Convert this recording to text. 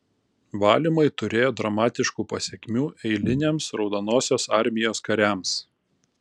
valymai turėjo dramatiškų pasekmių eiliniams raudonosios armijos kariams